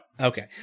Okay